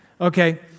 Okay